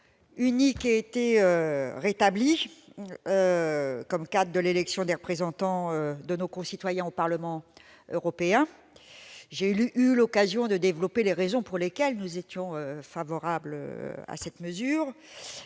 unique ait été rétablie comme cadre de l'élection des représentants de nos concitoyens au Parlement européen. J'ai eu l'occasion de développer les raisons pour lesquelles nous étions favorables à cette mesure.